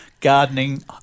gardening